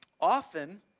Often